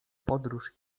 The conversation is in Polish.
podróż